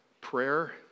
Prayer